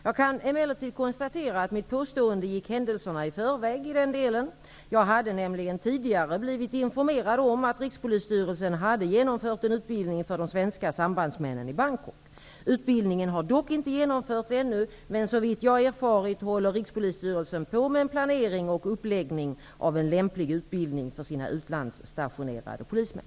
Jag kan emellertid konstatera att mitt påstående gick händelserna i förväg i den delen. Jag hade nämligen tidigare blivit informerad om att Rikspolisstyrelsen hade genomfört en utbildning för de svenska sambandsmännen i Bangkok. Utbildningen har dock inte genomförts ännu, men såvitt jag erfarit håller Rikspolisstyrelsen på med en planering och uppläggning av en lämplig utbildning för sina utlandsstationerade polismän.